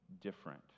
different